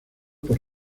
por